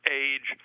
age